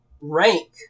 rank